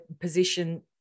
position